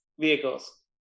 vehicles